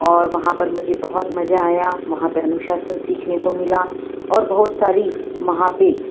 और वहाँ पर मुझे बहुत मज़ा आया वहाँ पर अनुशासन सीखने को मिला और बहुत सारी वहाँ पर